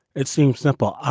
it seems simple.